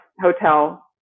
hotel